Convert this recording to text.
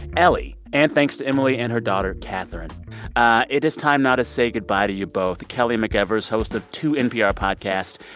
ellie. and thanks to emily and her daughter, catherine ah it is time now to say goodbye to you both. kelly mcevers, host of two npr podcasts,